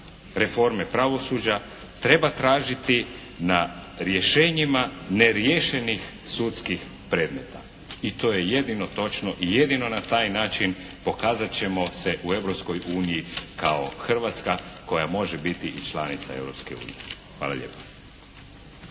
reforme pravosuđa treba tražiti na rješenjima neriješenih sudskih predmeta i to je jedino točno i jedino na taj način pokazat ćemo se u Europskoj uniji kao Hrvatska koja može biti i članica Europske unije.